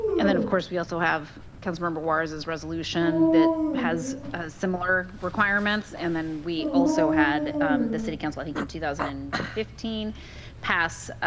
and then of course, we also have council member juarez is resolution, that has a similar requirement, and then we also had the city council i think in two thousand and fifteen pass,